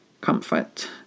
comfort